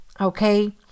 okay